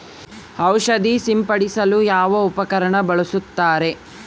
ಔಷಧಿ ಸಿಂಪಡಿಸಲು ಯಾವ ಉಪಕರಣ ಬಳಸುತ್ತಾರೆ?